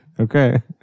Okay